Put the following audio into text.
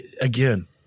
again